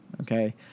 okay